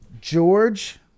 George